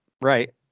right